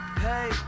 hey